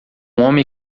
homem